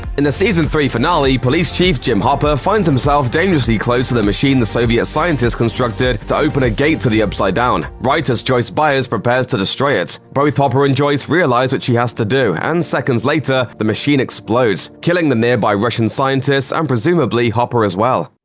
in the season three finale, police chief jim hopper finds himself dangerously close to the machine the soviet scientists constructed to open a gate to the upside down, right as joyce byers prepares to destroy it. both hopper and joyce realize what she has to do, and seconds later, the machine explodes, killing the nearby russian scientists and um presumably hopper as well.